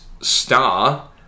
star